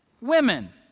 women